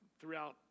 throughout